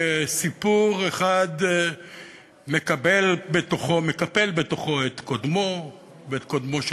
סיפור אחד מקפל בתוכו את קודמו ואת קודמו של